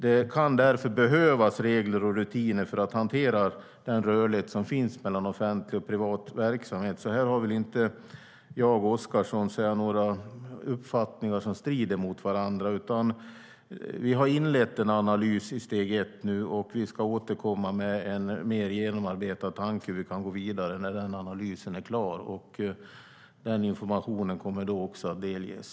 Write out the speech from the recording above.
Det kan därför behövas regler och rutiner för att hantera den rörlighet som finns mellan offentlig och privat verksamhet. Här har jag och Oscarsson inte några uppfattningar som strider mot varandra. Vi har inlett en analys i steg ett, och vi ska återkomma med en mer genomarbetad tanke. Vi kan gå vidare när den analysen är klar. Den informationen kommer då också att delges.